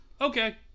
okay